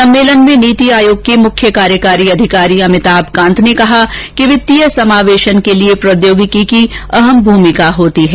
सम्मेलन में नीति आयोग के मुख्य कार्यकारी अधिकारी अमिताभ कांत ने कहा कि वित्तीय समावेशन के लिए प्रौद्योगिकी की अहम भूमिका होती है